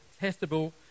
testable